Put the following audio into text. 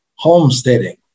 homesteading